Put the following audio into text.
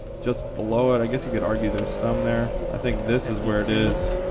just below it, i guess you could argue there's some there. i think this is where it is.